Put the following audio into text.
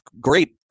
Great